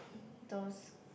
those